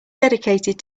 dedicated